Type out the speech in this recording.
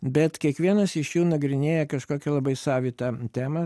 bet kiekvienas iš jų nagrinėja kažkokią labai savitą temą